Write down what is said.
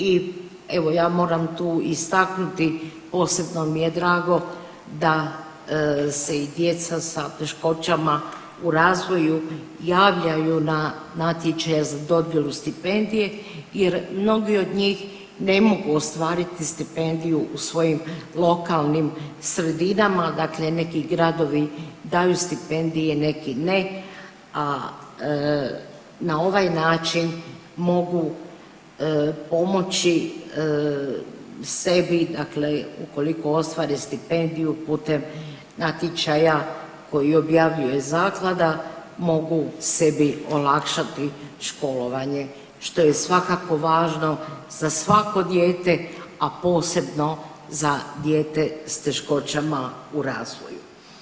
I evo ja moram tu istaknuti, posebno mi je drago da se i djeca sa teškoćama u razvoju javljaju za natječaj za dodjelu stipendije jer mnogi od njih ne mogu ostvariti stipendiju u svojim lokalnim sredinama, dakle neki gradovi daju stipendije neki ne, a na ovaj način mogu pomoći sebi, dakle ukoliko ostvare stipendiju putem natječaja koji objavljuje zaklada mogu sebi olakšati školovanje, što je svakako važno za svako dijete, a posebno za dijete s teškoćama u razvoju.